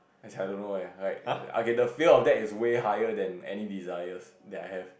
as in I don't know leh like okay the fear of that is way higher than any desires that I have